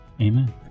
amen